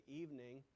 evening